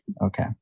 Okay